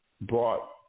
brought